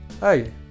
hey